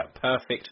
perfect